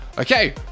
Okay